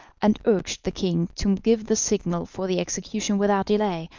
and urged the king to give the signal for the execution without delay,